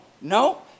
no